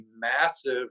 massive